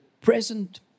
present